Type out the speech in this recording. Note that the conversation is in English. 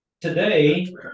Today